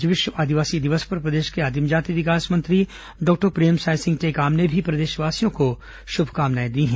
आज विश्व आदिवासी दिवस पर प्रदेश के आदिम जाति विकास मंत्री डॉक्टर प्रेमसाय सिंह टेकाम ने भी प्रदेशवासियों को शुभकामनाएं दी हैं